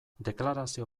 deklarazio